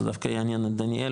זה דווקא יעניין את דניאל,